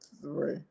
three